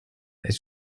est